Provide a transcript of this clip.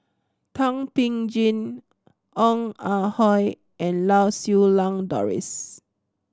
Thum Ping Tjin Ong Ah Hoi and Lau Siew Lang Doris